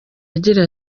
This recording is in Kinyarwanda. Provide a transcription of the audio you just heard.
agira